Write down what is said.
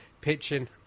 pitching